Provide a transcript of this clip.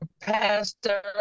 pastor